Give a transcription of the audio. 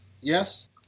Yes